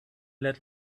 let